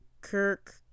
Kirk